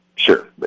Sure